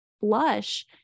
blush